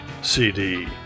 CD